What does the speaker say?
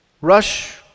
rush